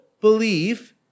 believe